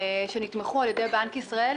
שנתמכו על-ידי בנק ישראל,